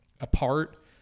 apart